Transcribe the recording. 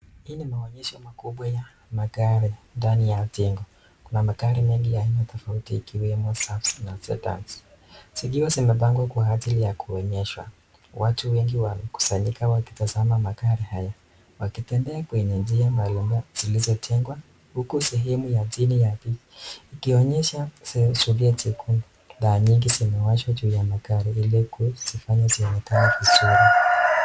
Hii ni maonyesho makubwa ya magari ndani ya jengo. Kuna magari mengi ya aina tofauti ikiwemo Safs na sedans, zikiwa zimepangwa kwa ajili ya kuonyeshwa. Watu wengi wamekusanyika wakitazama magari haya, wakitembea kwenye njia mbalimbali zilizojengwa. Huku sehemu ya chini ya ikionyesha sulieti chekundu. Taa nyingi zimewashwa juu ya magari ili kuzifanya zionekane vizuri.